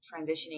transitioning